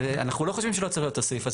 אנחנו לא חושבים שלא צריך להיות הסעיף הזה.